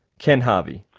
ken harvey.